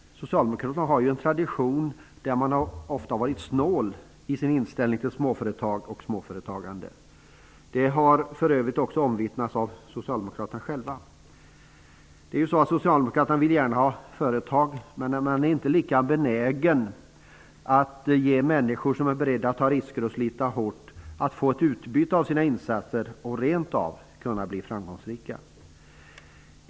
Socialdemokraterna har ju en tradition där man inte sällan har haft en ''snål'' inställning till småföretag och småföretagande. Detta har för övrigt också omvittnats av socialdemokraterna själva. Socialdemokraterna vill gärna ha företag, men de är inte lika benägna att ge människor som är beredda att ta risker och att slita hårt ett utbyte av sina insatser och rent av kunna bli framgångsrika.